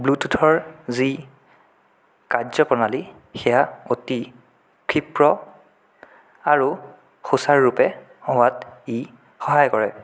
ব্লুটুথৰ যি কাৰ্য প্ৰণালী সেয়া অতি ক্ষীপ্ৰ আৰু সুচাৰুৰূপে হোৱাত ই সহায় কৰে